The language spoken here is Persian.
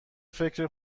فکر